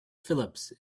phillips